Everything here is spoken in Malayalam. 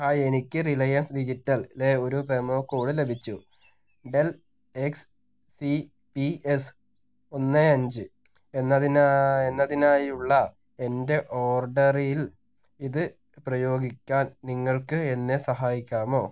ഹായ് എനിക്ക് റിലയൻസ് ഡിജിറ്റലിലെ ഒരു പ്രൊമോ കോഡ് ലഭിച്ചു Dell X C P S ഒന്ന് അഞ്ച് എന്നതിനാണ് എന്നതിനായുള്ള എൻ്റെ ഓർഡറിൽ ഇത് പ്രയോഗിക്കാൻ നിങ്ങൾക്ക് എന്നെ സഹായിക്കാമോ